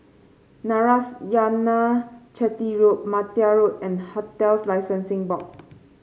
Narayanan Chetty Road Martia Road and Hotels Licensing Board